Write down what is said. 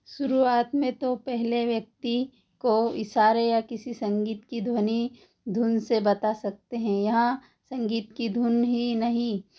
शुरुआत में तो पहले व्यक्ति को इशारे या किसी संगीत की ध्वनि धुन से बता सकते हैं यहाँ संगीत की धुन ही नहीं